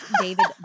David